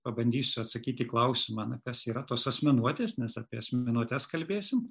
pabandysiu atsakyti į klausimą na kas yra tos asmenuotes nes apie asmenuotes kalbėsim